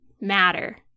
matter